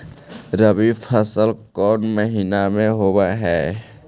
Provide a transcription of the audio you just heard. रबी फसल कोन महिना में होब हई?